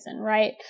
right